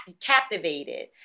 captivated